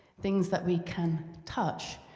things that we can touch.